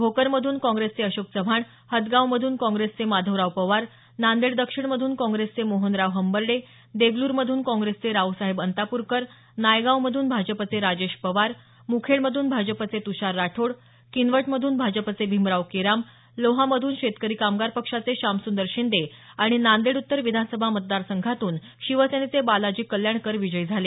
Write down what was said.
भोकरमधून काँग्रेसचे अशोक चव्हाण हदगावमधून काँग्रेसचे माधवराव पवार नांदेड दक्षिण मधून काँग्रेसचे मोहनराव हंबर्डे देगलूरमधून काँग्रेसचे रावसाहेब अंताप्रकर नायगावमधून भाजपचे राजेश पवार मुखेडमधून भाजपचे तुषार राठोड किनवट मधून भाजपचे भीमराव केराम लोहा मधून शेतकरी कामगार पक्षाचे श्यामसुंदर शिंदे आणि नांदेड उत्तर विधानसभा मतदार संघातून शिवसेनेचे बालाजी कल्याणकर विजयी झाले